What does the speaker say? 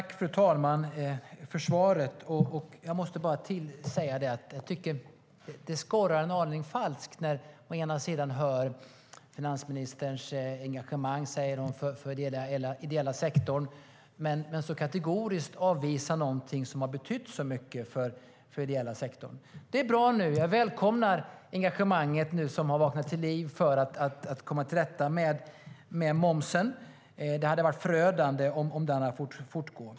Fru talman! Tack för svaret. Det skorrar en aning falskt. Å ena sidan hör vi finansministerns engagemang för den ideella sektorn. Men sedan avvisar hon kategoriskt någonting som har betytt så mycket för den ideella sektorn. Jag välkomnar engagemanget som nu har vaknat till liv för att komma till rätta med momsen. Det hade varit förödande om det hade fått fortgå.